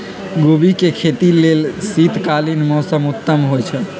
गोभी के खेती लेल शीतकालीन मौसम उत्तम होइ छइ